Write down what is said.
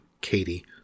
Katie